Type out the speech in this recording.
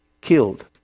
killed